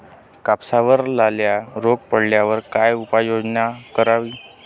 कापसावर लाल्या रोग पडल्यावर काय उपाययोजना करावी?